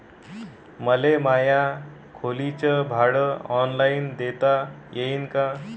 मले माया खोलीच भाड ऑनलाईन देता येईन का?